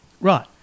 Right